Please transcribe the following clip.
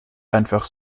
einfach